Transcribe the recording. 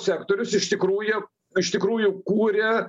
sektorius iš tikrųjų iš tikrųjų kūrė